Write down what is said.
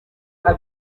uko